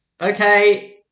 okay